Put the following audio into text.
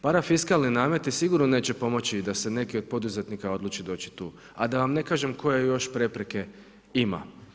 Parafiskalni nameti sigurno neće pomoći da se neki od poduzetnika odluči doći tu, a da vam ne kažem koje još prepreke ima.